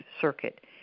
circuit